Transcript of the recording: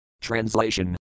Translation